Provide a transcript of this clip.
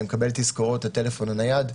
אני מקבל תזכורות לטלפון הנייד,